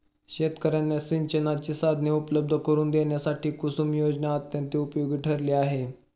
शेतकर्यांना सिंचनाची साधने उपलब्ध करून देण्यासाठी कुसुम योजना अत्यंत उपयोगी ठरली आहे